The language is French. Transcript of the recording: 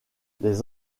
les